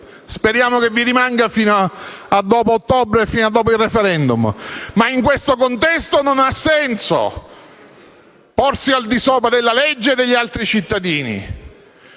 speriamo che rimanga tale anche dopo il *referendum*. Ma in questo contesto non ha senso porsi al di sopra della legge e degli altri cittadini.